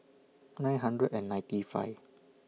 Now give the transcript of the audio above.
nine hundred and ninety five